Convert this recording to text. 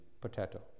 potato